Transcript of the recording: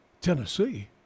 Tennessee